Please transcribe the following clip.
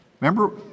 Remember